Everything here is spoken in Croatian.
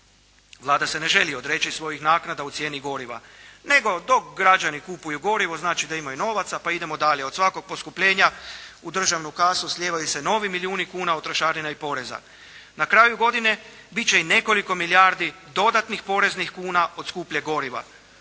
Vlada se ne želi odreći svojih naknada u cijeni goriva, nego dok građani kupuju gorivo znači da imaju novaca pa idemo dalje, od svakog poskupljenja u državnu kasu slijevaju se novi milijuni kuna od trošarina i poreza. Na kraju godine bit će i nekoliko milijardi dodatnih poreznih kuna od skupljeg goriva,